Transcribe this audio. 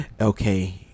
Okay